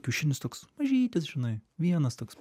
kiaušinis toks mažytis žinai vienas toks